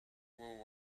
will